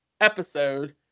episode